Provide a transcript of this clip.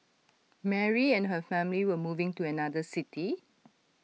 Mary and her family were moving to another city